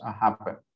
happen